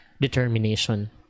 determination